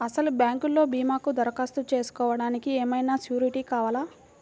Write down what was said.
అసలు బ్యాంక్లో భీమాకు దరఖాస్తు చేసుకోవడానికి ఏమయినా సూరీటీ కావాలా?